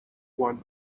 one